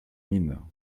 mines